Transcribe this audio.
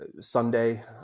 Sunday